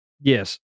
Yes